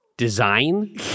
Design